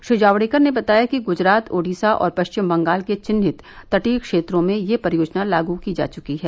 श्री जावडेकर ने बताया कि ग्जरात ओडीसा और पश्चिम बंगाल के चिन्हित तटीय क्षेत्रों में ये परियोजना लागू की जा चुकी है